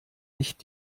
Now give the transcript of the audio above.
nicht